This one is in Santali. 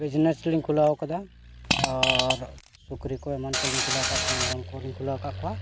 ᱵᱤᱡᱽᱱᱮᱥ ᱞᱤᱧ ᱠᱷᱩᱞᱟᱹᱣ ᱠᱟᱫᱟ ᱟᱨ ᱥᱩᱠᱨᱤ ᱠᱚ ᱮᱢᱟᱱ ᱠᱚᱞᱤᱧ ᱠᱩᱞᱟᱹᱣ ᱠᱟᱜ ᱠᱚᱣᱟ ᱢᱮᱨᱚᱢ ᱠᱚᱞᱤᱧ ᱠᱷᱩᱞᱟᱹᱣ ᱟᱠᱟᱫ ᱠᱚᱣᱟ